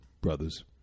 brothers